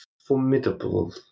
formidable